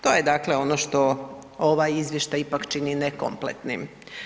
To je dakle ono što ovaj izvještaj ipak čini nekompletnim.